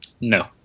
No